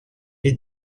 est